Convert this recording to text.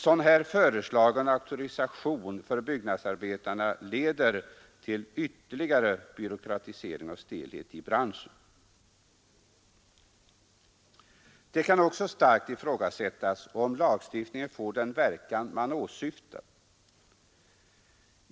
En sådan auktorisation för byggnadsarbetare som den föreslagna leder till ytterligare byråkratisering och stelhet i branschen. Det kan också starkt ifrågasättas om lagstiftningen får den verkan som man åsyftar.